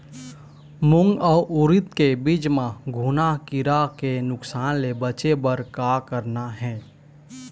मूंग अउ उरीद के बीज म घुना किरा के नुकसान ले बचे बर का करना ये?